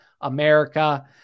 America